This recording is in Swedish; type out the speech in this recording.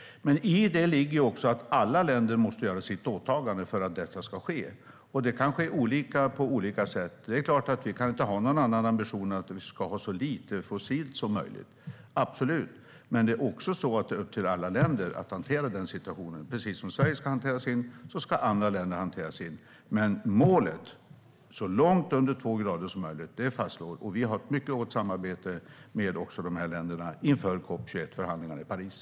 I det ligger att för att det ska ske måste alla uppfylla sitt åtagande. Det kan ske på olika sätt. Det är klart att vi inte kan ha någon annan ambition än att vi ska ha så lite fossilt som möjligt, absolut, men det är samtidigt upp till alla enskilda länder att hantera den situationen. Precis som Sverige ska hantera sin situation ska andra länder hantera sin. Målet är att vi ska komma så långt under två grader som möjligt, det är fastslaget, och vi har ett mycket gott samarbete med dessa länder inför COP 21-förhandlingarna i Paris.